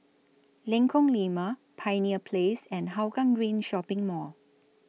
Lengkong Lima Pioneer Place and Hougang Green Shopping Mall